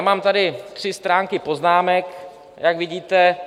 Já mám tady tři stránky poznámek, jak vidíte.